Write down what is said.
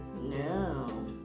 no